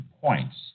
points